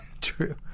True